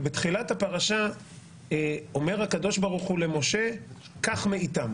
בתחילת הפרשה אומר הקדוש ברוך הוא למשה: "קח מאיתם